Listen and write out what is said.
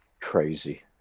Crazy